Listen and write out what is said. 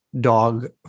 dog